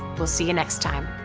we'll see you next time.